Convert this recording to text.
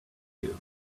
you